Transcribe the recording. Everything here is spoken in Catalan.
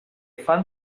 fan